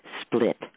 split